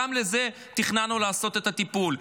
גם בזה תכננו לעשות את הטיפול,